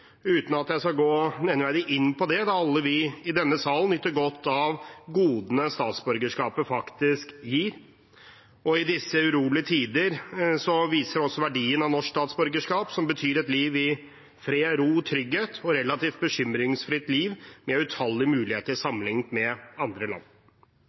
uten at jeg skal gå nevneverdig inn på det, da alle vi i denne salen nyter godt av godene statsborgerskapet faktisk gir. I disse urolige tider vises også verdien av norsk statsborgerskap, noe som betyr et liv i fred, ro og trygghet, et relativt bekymringsfritt liv med utallige muligheter sammenlignet med andre land.